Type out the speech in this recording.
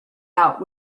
out